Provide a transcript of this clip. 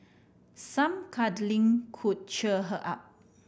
some cuddling could cheer her up